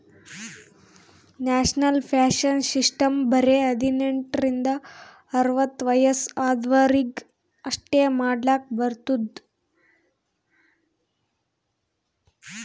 national pension system ಬರೆ ಹದಿನೆಂಟ ರಿಂದ ಅರ್ವತ್ ವಯಸ್ಸ ಆದ್ವರಿಗ್ ಅಷ್ಟೇ ಮಾಡ್ಲಕ್ ಬರ್ತುದ್